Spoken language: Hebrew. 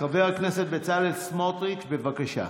חבר הכנסת בצלאל סמוטריץ', בבקשה.